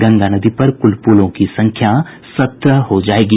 गंगा नदी पर कुल पुलों की संख्या सत्रह हो जायेगी